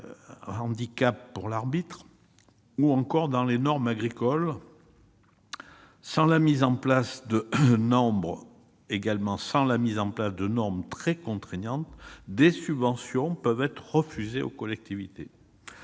personnes handicapées pour l'arbitre, ou encore dans le secteur agricole. Sans la mise en place de normes très contraignantes, des subventions peuvent être refusées aux collectivités.